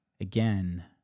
again